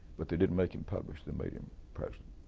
but they didn't make him publisher, they made him president.